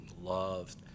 loved